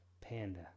panda